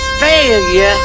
failure